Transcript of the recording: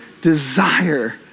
desire